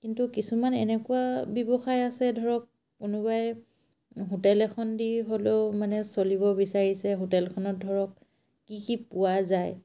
কিন্তু কিছুমান এনেকুৱা ব্যৱসায় আছে ধৰক কোনোবাই হোটেল এখন দি হ'লেও মানে চলিব বিচাৰিছে হোটেলখনত ধৰক কি কি পোৱা যায়